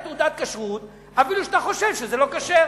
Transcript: תעודת כשרות אפילו שאתה חושב שזה לא כשר.